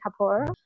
Kapoor